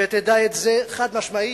שתדע את זה חד-משמעית,